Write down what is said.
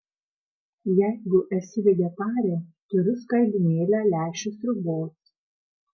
jeigu esi vegetarė turiu skardinėlę lęšių sriubos